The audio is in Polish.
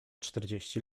czterdzieści